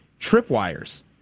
tripwires